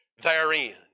therein